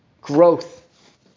growth